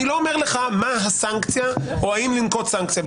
אני לא אומר לך מה הסנקציה או האם לנקוט סנקציה,